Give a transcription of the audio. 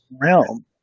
realm